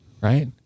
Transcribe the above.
right